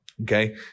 Okay